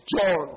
John